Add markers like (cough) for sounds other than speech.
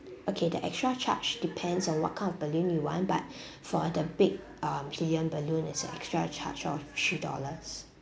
okay the extra charge depends on what kind of balloon you want but (breath) for the big um helium balloon it's an extra charge of three dollars